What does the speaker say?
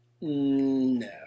No